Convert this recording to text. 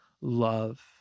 love